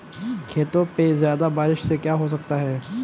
खेतों पे ज्यादा बारिश से क्या हो सकता है?